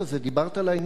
דיברת לעניין.